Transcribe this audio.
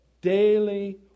daily